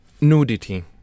nudity